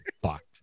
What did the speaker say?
fucked